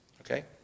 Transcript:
Okay